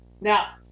Now